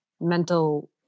mental